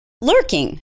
lurking